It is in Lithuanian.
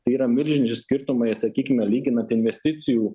tai yra milžiniški skirtumai sakykime lyginant investicijų